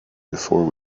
before